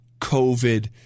COVID